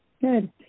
Good